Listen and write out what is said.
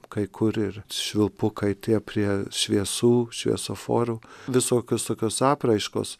kai kur ir švilpukai tie prie šviesų šviesoforų visokios tokios apraiškos